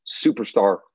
superstar